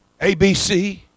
ABC